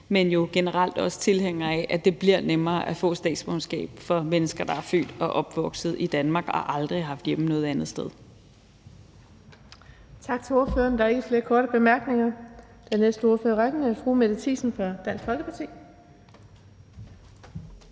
men jo generelt også tilhængere af, at det bliver nemmere at få statsborgerskab for mennesker, der er født og opvokset i Danmark og aldrig har haft hjemme noget andet sted. Kl. 16:41 Den fg. formand (Birgitte Vind): Tak til ordføreren. Der er ikke flere korte bemærkninger. Den næste ordfører i rækken er fru Mette Thiesen fra Dansk Folkeparti.